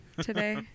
today